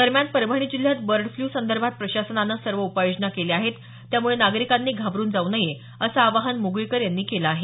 दरम्यान परभणी जिल्ह्यात bird flu संदर्भात प्रशासनानं सर्व उपाययोजना केल्या आहेत त्यामुळे नागरिकांनी घाबरून जाऊ नये असं आवाहन मुगळीकर यांनी केलं आहे